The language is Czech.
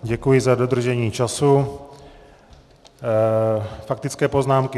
Děkuji za dodržení času faktické poznámky.